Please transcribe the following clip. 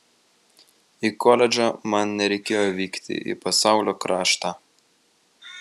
į koledžą man nereikėjo vykti į pasaulio kraštą